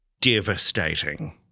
Devastating